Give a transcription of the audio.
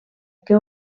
que